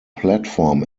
platform